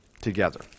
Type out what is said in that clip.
together